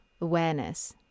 awareness